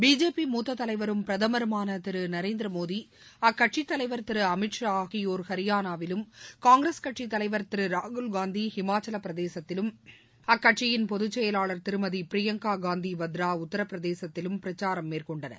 BJP மூத்த தலைவரும் பிரதமருமான திரு நரேந்திர மோடி அக்கட்சித் தலைவர் திரு அமித் ஷா ஆகியோர் ஹரியானாவிலும் காங்கிரஸ் கட்சித் தலைவர் திரு ராகுல்காந்தி ஹிமாச்சலப் பிரதேசத்திலும் அக்கட்சியின் பொதுச் செயலாளர் திருமதி பிரியங்கா காந்தி வத்ரா உத்தரப்பிரதேசததிலும் பிரச்சாரம் மேற்கொண்டனர்